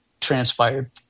transpired